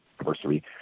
anniversary